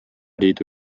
liidu